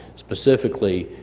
specifically,